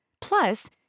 Plus